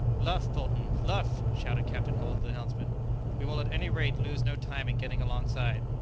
luff, bolton, luff! shouted captain hull to the helmsman we will at any rate lose no time in getting alongside.